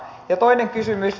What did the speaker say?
ja toinen kysymys